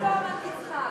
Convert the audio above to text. אף פעם אל תצחק.